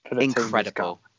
incredible